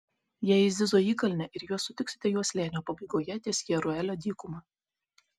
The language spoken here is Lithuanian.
jie eis zizo įkalne ir jūs sutiksite juos slėnio pabaigoje ties jeruelio dykuma